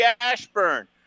Ashburn